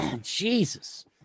Jesus